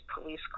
police